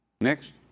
Next